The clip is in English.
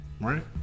Right